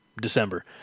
December